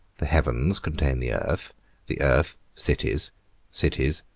the heavens contain the earth the earth, cities cities,